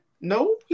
No